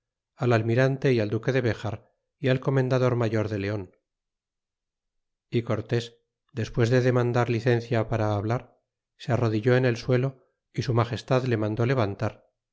al almirante y al duque de bejar ya comendador mayor de leon y cortés despues de demandar licencia para hablar se arrodilló ene suelo y su magestad le mandó levantar